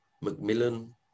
Macmillan